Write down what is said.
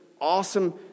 awesome